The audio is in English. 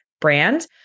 brand